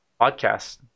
podcast